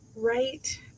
Right